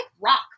rock